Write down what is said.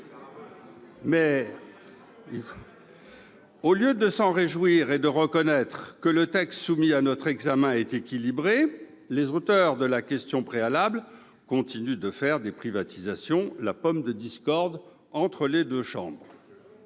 ! Au lieu de s'en réjouir et de reconnaître que le texte soumis à notre examen est équilibré, les auteurs de la question préalable continuent de faire des privatisations la pomme de discorde entre les deux chambres.